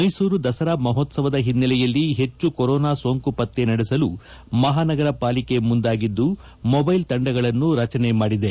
ಮೈಸೂರು ದಸರಾ ಮಹೋತ್ತವದ ಹಿನ್ನೆಲೆಯಲ್ಲಿ ಹೆಚ್ಚು ಕೊರೋನಾ ಸೋಂಕು ಪತ್ತೆ ನಡೆಸಲು ಮಹಾನಗರ ಪಾಲಿಕೆ ಮುಂದಾಗಿದ್ದು ಮೊದೈಲ್ ತಂಡಗಳನ್ನು ರಚನೆ ಮಾಡಿದೆ